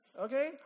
okay